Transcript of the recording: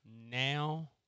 now